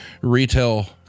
retail